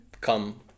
come